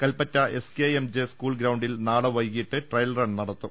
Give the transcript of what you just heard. Kalpetta S K M J school ഗ്രൌണ്ടിൽ നാളെ വൈകീട്ട് ട്രയൽ റൺ നടത്തും